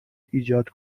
ایجاد